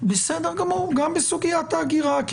בסדר גמור, גם בסוגית ההגירה.